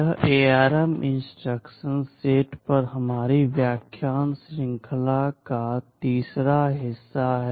यह ARM instruction set पर हमारी व्याख्यान श्रृंखला का तीसरा हिस्सा है